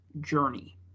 journey